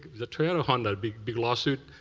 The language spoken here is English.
the toyota, honda, big big lawsuit,